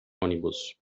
ônibus